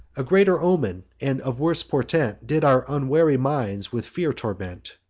a greater omen, and of worse portent, did our unwary minds with fear torment,